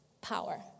power